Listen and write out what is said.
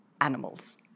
animals